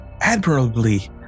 admirably